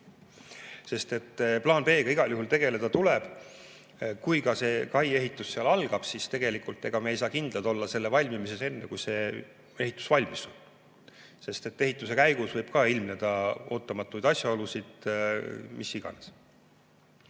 ...? Plaaniga B igal juhul tegeleda tuleb. Kui ka kai ehitus algab, siis tegelikult me ei saa kindlad olla selle valmimises enne, kui see valmis on. Ka ehituse käigus võib ilmneda ootamatuid asjaolusid, mida iganes.